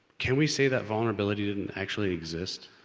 can we say that vulnerability didn't actually exist.